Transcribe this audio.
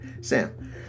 Sam